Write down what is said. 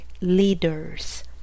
leaders